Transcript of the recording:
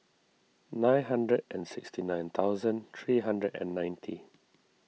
nine hundred and sixty nine thousand three hundred and ninety